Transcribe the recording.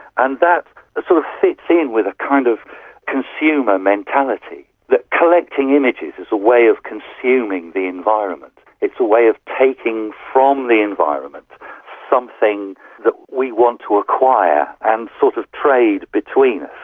and that sort of fits in with a kind of consumer mentality, that collecting images is a way of consuming the environment, it's a way of taking from the environment something that we want to acquire and sort of trade between